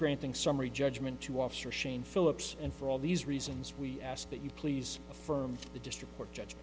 granting summary judgment to officer shane phillips and for all these reasons we ask that you please affirm the district court judge